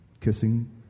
kissing